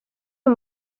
uyu